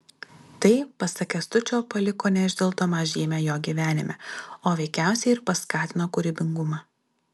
tai pasak kęstučio paliko neišdildomą žymę jo gyvenime o veikiausiai ir paskatino kūrybingumą